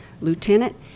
lieutenant